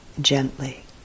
Gently